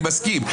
אני מסכים,